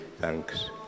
Thanks